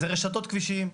זה רשתות כבישים.